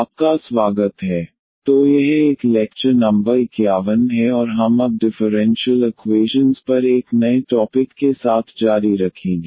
आपका स्वागत है तो यह एक लेक्चर नंबर 51 है और हम अब डिफरेंशियल इक्वैशन पर एक नए टॉपिक के साथ जारी रखेंगे